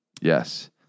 Yes